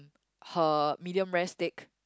her medium rare steak